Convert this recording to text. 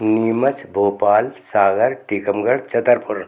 Neemuch Bhopal Sagar Tikamgarh Chhatarpur